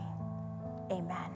amen